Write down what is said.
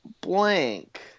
blank